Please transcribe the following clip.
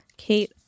Kate